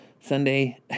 Sunday